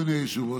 אדוני היושב-ראש,